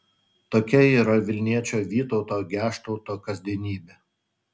tokia yra vilniečio vytauto geštauto kasdienybė